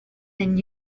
than